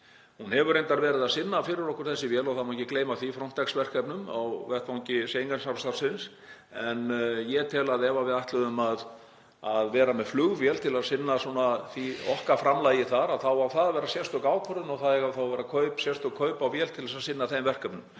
Hún hefur reyndar verið að sinna fyrir okkur þessi vél, og það má ekki gleyma, Frontex-verkefnum á vettvangi Schengen-samstarfsins. En ég tel að ef við ætlum að vera með flugvél til að sinna okkar framlagi þar þá eigi það að vera sérstök ákvörðun og eiga þá að vera sérstök kaup á vél til að sinna þeim verkefnum